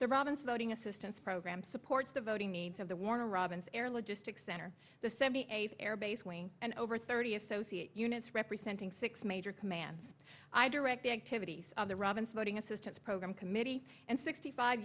the robinson outing assistance program supports the voting needs of the warner robins air logistics center the seventy eighth air base wing and over thirty associate units representing six major commands i direct the activities of the robins boating assistance program committee and sixty five